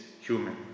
human